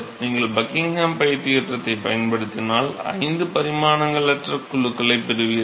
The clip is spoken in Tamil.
நீங்கள் பக்கிங்ஹாம் π தேற்றத்தைப் பயன்படுத்தினால் ஐந்து பரிமாணங்களற்ற குழுக்களைப் பெறுவீர்கள்